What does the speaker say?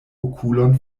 okulon